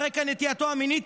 על רקע נטייתו המינית,